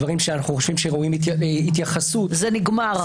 דברים שאנחנו חושבים שהם ראויים להתייחסות -- זה נגמר.